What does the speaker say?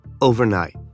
overnight